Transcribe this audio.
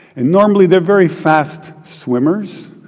and normally, they're very fast swimmers,